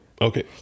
Okay